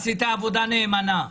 עשית עבודה נאמנה.